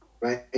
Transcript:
right